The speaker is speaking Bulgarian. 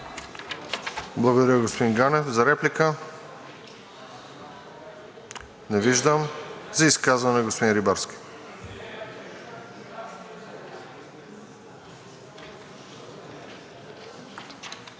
Благодаря, господин Ганев. За реплика? Не виждам. За изказване – господин Рибарски.